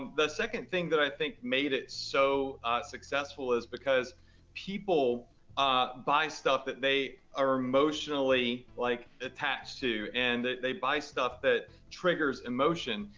the second thing that i think made it so successful is because people ah buy stuff that they are emotionally, like, attached to, and they buy stuff that triggers emotion,